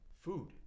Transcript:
food